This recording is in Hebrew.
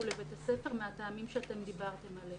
לבית הספר מהטעמים שאתם דיברתם עליהם.